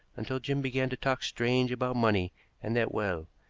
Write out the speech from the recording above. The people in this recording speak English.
until jim began to talk strange about money and that well.